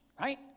right